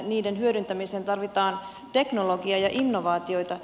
niiden hyödyntämiseen tarvitaan teknologiaa ja innovaatioita